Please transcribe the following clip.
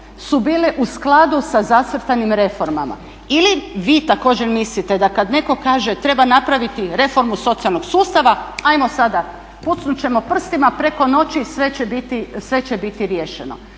su bile u skladu sa zacrtanim reformama ili vi također mislite da kada netko kaže, treba napraviti reformu socijalnog sustava, ajmo sada pucnut ćemo prstima preko noći sve će biti riješeno.